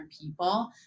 people